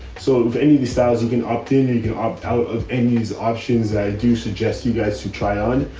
so if any of these styles, you can opt in or you can opt out of any use options. i do suggest you guys to try on,